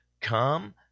come